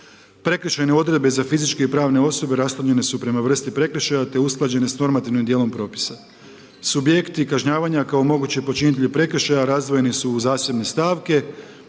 Prekršajne odredbe za fizičke i pravne osobe rasčlanjene su prema vrsti prekršaja te usklađene s normativnim djelom propisa. Subjekti kažnjavanja kao mogući počinitelji prekršaja razdvojeni su u zasebne stavke